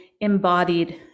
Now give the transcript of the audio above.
embodied